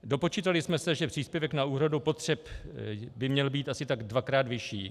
Dopočítali jsme se, že příspěvek na úhradu potřeb by měl být asi tak dvakrát vyšší.